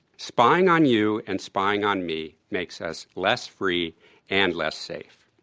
spying on you and spying on me makes us less free and less safe.